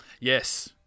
Yes